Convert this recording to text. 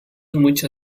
mucha